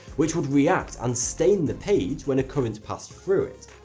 which would react and stain the page when a current passed through it.